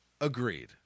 Agreed